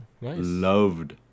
Loved